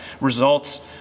results